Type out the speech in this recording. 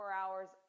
hours